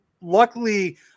luckily